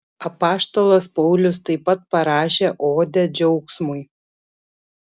apaštalas paulius taip pat parašė odę džiaugsmui